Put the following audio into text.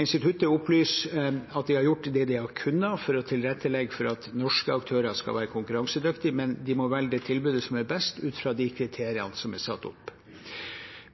Instituttet opplyser at de har gjort det de har kunnet for å tilrettelegge for at norske aktører skal være konkurransedyktige, men de må velge det tilbudet som er best ut fra de kriteriene som er satt opp.